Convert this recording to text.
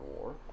War